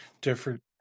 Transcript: different